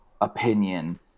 opinion